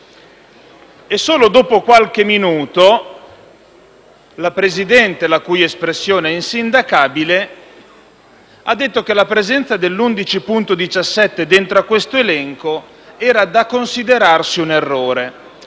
Solo dopo qualche minuto la Presidente, la cui espressione è insindacabile, ha detto che la presenza dell'emendamento 11.17 (testo 4) all'interno di questo elenco era da considerarsi un errore.